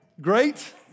Great